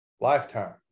Lifetime